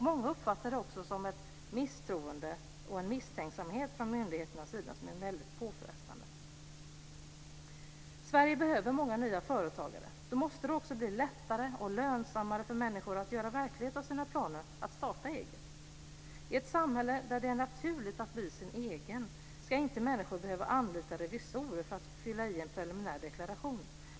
Många uppfattar det också som ett misstroende och en misstänksamhet från myndigheternas sida som är väldigt påfrestande. Sverige behöver många nya företagare. Då måste det också bli lättare och lönsammare för människor att göra verklighet av sina planer att starta eget. I ett samhälle där det är naturligt att bli sin egen ska människor inte behöva anlita revisorer för att fylla i en preliminär deklaration.